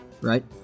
right